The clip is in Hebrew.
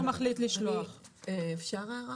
קודם כל, זה נכון מאוד, אני הייתי